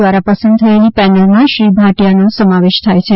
દ્વારા પસંદ થયેલી પેનલ માં શ્રી ભાટિયા નો સમાવેશ થાય છે